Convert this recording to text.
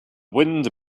wind